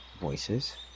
voices